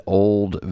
old